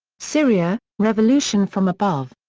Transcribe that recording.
syria revolution from above.